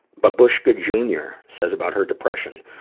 but bushga jr, says about her depression.